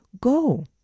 go